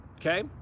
okay